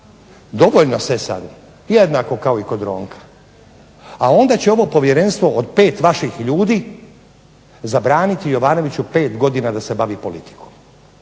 Dovoljno Sesaru jednako kao i kod Ronka. A onda će ovo povjerenstvo od pet vaših ljudi zabraniti Jovanoviću pet godina da se bavi politikom.